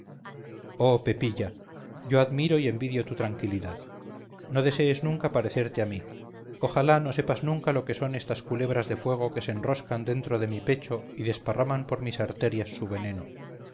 oh pepilla yo admiro y envidio tu tranquilidad no desees nunca parecerte a mí ojalá no sepas nunca lo que son estas culebras de fuego que se enroscan dentro de mi pecho y desparraman por mis arterias su veneno